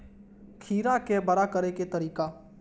खीरा के बड़ा करे के तरीका?